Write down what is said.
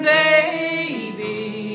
baby